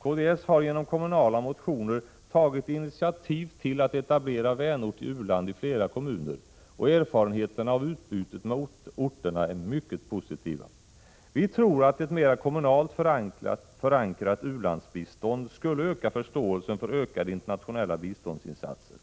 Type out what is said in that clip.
Kds har genom kommunala motioner tagit inititativ till att etablera vänort i u-land i flera kommuner, och erfarenheterna av utbytet med orterna är mycket positiva. Vi tror att ett mera kommunalt förankrat u-landsbistånd skulle öka förståelsen för ökade internationella biståndsinsatser.